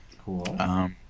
Cool